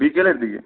বিকেলের দিকে